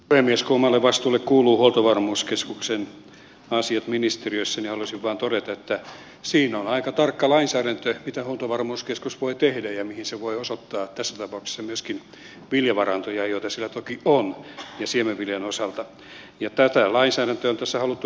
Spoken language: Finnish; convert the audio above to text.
kun omalle vastuulle kuuluvat huoltovarmuuskeskuksen asiat ministeriössä niin halusin vain todeta että siitä on aika tarkka lainsäädäntö mitä huoltovarmuuskeskus voi tehdä ja mihin se voi osoittaa tässä tapauksessa myöskin viljavarantoja joita sillä toki on siemenviljan osalta ja tätä lainsäädäntöä on tässä haluttu noudattaa